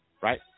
right